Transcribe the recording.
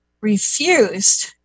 refused